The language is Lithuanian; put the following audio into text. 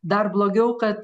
dar blogiau kad